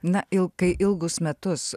na ir kai ilgus metus